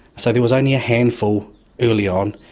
so there was only a handful early on.